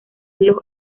los